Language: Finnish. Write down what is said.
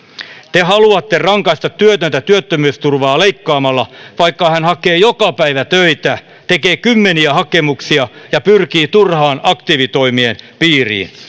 te haluatte rangaista työtöntä työttömyysturvaa leikkaamalla vaikka hän hakee joka päivä töitä tekee kymmeniä hakemuksia ja pyrkii turhaan aktiivitoimien piiriin